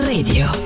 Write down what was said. Radio